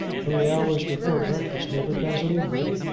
three hours before breakfast never does any hurt.